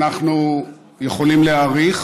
אנחנו יכולים להעריך.